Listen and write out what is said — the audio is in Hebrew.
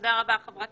תודה רבה, חברת